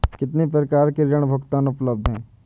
कितनी प्रकार के ऋण भुगतान उपलब्ध हैं?